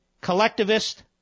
collectivist